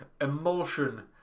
emulsion